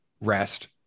rest